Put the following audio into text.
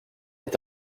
est